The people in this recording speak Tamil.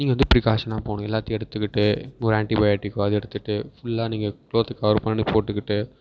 நீங்கள் வந்து ப்ரீகாஷன்னாக போகணும் எல்லாத்தையும் எடுத்துக்கிட்டு ஒரு ஆன்டிபயோட்டிக்காவது எடுத்துகிட்டு ஃபுல்லாக நீங்கள் க்ளோத்து கவர் பண்ணி போட்டுக்கிட்டு